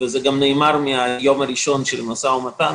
וזה נאמר מהיום הראשון של המשא ומתן,